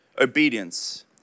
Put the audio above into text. obedience